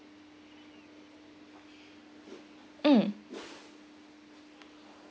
mm